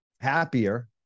happier